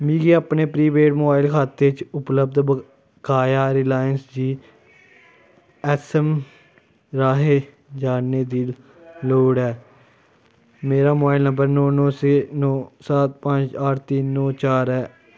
मिगी अपने prepaid mobile खाते च उपलब्ध बकाया रिलायंस जी एस एम राहें जानने दी लोड़ ऐ मेरा मोबाइल नंबर नौ नौ छे नौ सात पंज आठ तीन नौ चार ऐ